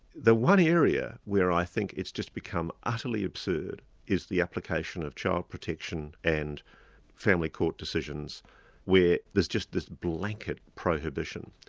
the one area where i think it's just become utterly absurd is the application of child protection and family court decisions where there's just this blanket prohibition.